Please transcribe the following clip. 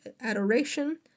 adoration